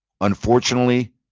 Unfortunately